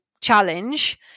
challenge